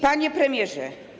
Panie Premierze!